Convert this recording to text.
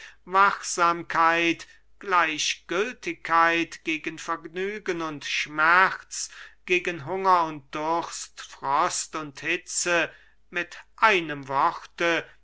wachsamkeit gleichgültigkeit gegen vergnügen und schmerz gegen hunger und durst frost und hitze mit einem worte